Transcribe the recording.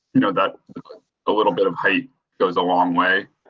you know, that a little bit of height goes a long way